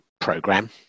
program